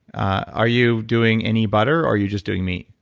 are you doing any butter? are you just doing meat?